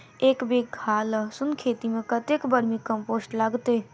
एक बीघा लहसून खेती मे कतेक बर्मी कम्पोस्ट लागतै?